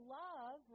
love